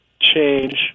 change